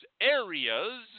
areas